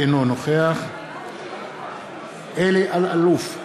אינו נוכח אלי אלאלוף,